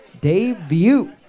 debut